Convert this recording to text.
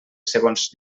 segons